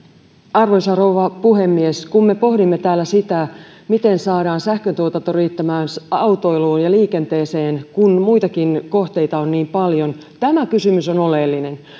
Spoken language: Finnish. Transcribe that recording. arvoisa rouva puhemies kun me pohdimme täällä sitä miten saadaan sähköntuotanto riittämään autoiluun ja liikenteeseen kun muitakin kohteita on niin paljon niin tämä kysymys on oleellinen